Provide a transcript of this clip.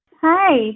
Hi